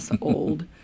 old